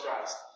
christ